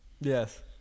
yes